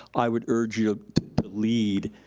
i would urge you to lead,